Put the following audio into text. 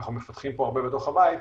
אנחנו מפתחים פה הרבה בתוך הבית,